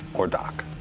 or doc?